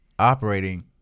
Operating